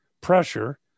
pressure